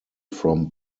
from